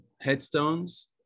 headstones